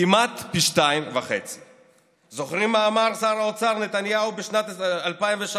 כמעט פי 2.5. זוכרים מה אמר שר האוצר נתניהו בשנת 2003?